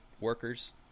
workers